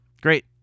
Great